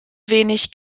wenig